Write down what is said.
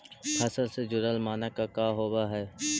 फसल से जुड़ल मानक का का होव हइ?